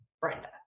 Brenda